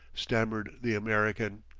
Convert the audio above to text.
stammered the american,